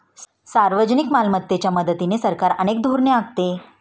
सार्वजनिक मालमत्तेच्या मदतीने सरकार अनेक धोरणे आखते